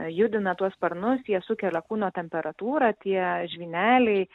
judina tuos sparnus jie sukelia kūno temperatūrą tie žvyneliai